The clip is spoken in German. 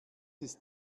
ist